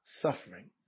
suffering